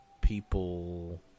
people